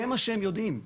זה מה שהם יודעים.